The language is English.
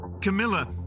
Camilla